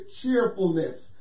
cheerfulness